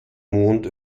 mond